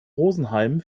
rosenheim